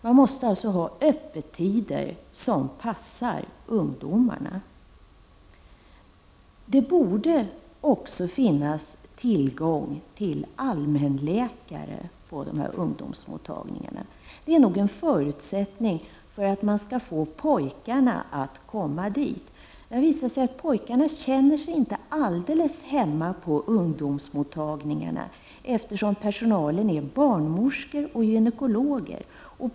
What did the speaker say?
De måste ha öppettider som passar ungdomarna. Det borde också finnas tillgång till allmänläkare på dessa ungdomsmottagningar. Det är nog en förutsättning för att pojkarna skall komma dit. Det har visat sig att pojkarna inte känner sig alldeles hemma på ungdomsmottagningarna, eftersom personalen består av barnmorskor och gynekologer.